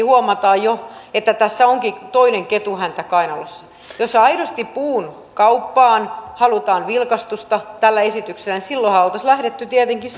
huomataan jo että tässä onkin toinen ketunhäntä kainalossa jos aidosti puukauppaan halutaan vilkastusta tällä esityksellä niin silloinhan oltaisiin lähdetty tietenkin